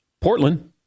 Portland